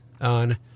on